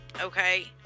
okay